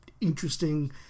interesting